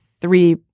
three